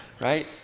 right